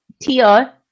Tia